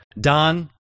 Don